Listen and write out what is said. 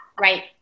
right